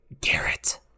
Garrett